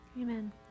Amen